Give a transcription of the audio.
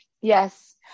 Yes